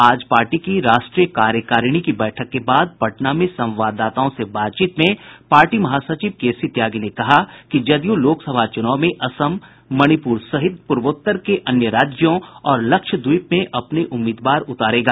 आज पार्टी की राष्ट्रीय कार्यकारिणी की बैठक के बाद पटना में संवाददाताओं से बातचीत में पार्टी महासचिव केसी त्यागी ने कहा कि जदयू लोकसभा चुनाव में असम मणिपुर सहित पूर्वोत्तर के अन्य राज्यों और लक्षद्वीप में भी अपने उम्मीदवार उतारेगा